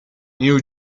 new